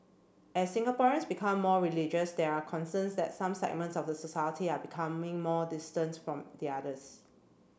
as Singaporeans become more religious there are concerns that some segments of the society are becoming more distant from the others